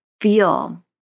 feel